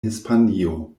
hispanio